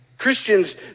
Christians